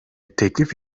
teklif